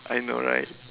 I know right